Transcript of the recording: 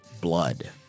blood